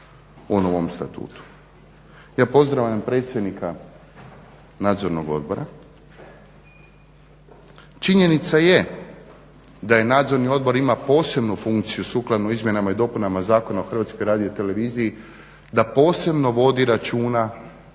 o novom statutu. Ja pozdravljam predsjednika nadzornog odbora. Činjenica je da nadzorni odbor ima posebnu funkciju sukladno izmjenama i dopunama zakona o HRT-a da posebno vodi računa